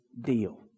deal